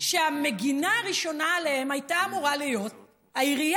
והמגינה הראשונה עליהם הייתה אמורה להיות העירייה,